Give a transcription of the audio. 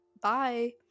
Bye